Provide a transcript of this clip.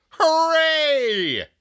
Hooray